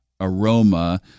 aroma